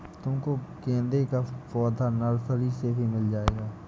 तुमको गेंदे का पौधा नर्सरी से भी मिल जाएगा